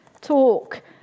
talk